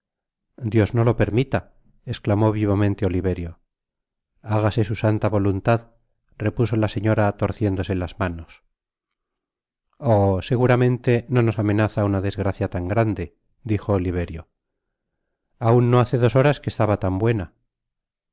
dios no lo permita esclamó vivamente oliverio hágase su santa voluntad repuso la señora torciéndose las manos oh seguramente no nos amenaza una desgracia tan grande dijo oliverio aun no hace dos horas que estaba tan buena